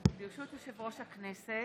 ברשות יושב-ראש הכנסת,